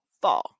fall